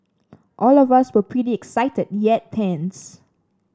all of us were pretty excited yet tense